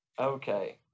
Okay